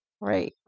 Right